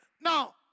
Now